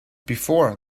before